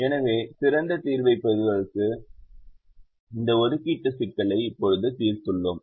எனவே சிறந்த தீர்வைப் பெறுவதற்காக இந்த ஒதுக்கீட்டு சிக்கலை இப்போது தீர்த்துள்ளோம்